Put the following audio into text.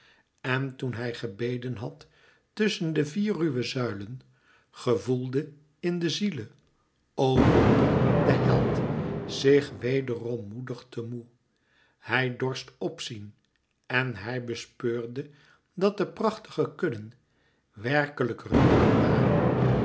en toen hij gebeden had tusschen de vier ruwe zuilen gevoelde in de ziele o wonder de held zich wederom moedig te moê hij dorst p zien en hij bespeurde dat de prachtige kudden werkelijk runderen waren